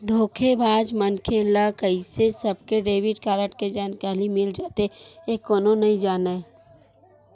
धोखेबाज मनखे ल कइसे सबके डेबिट कारड के जानकारी मिल जाथे ए कोनो नइ जानय